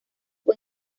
fue